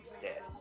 dead